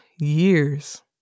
years